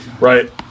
Right